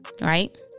right